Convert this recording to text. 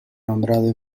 nombrado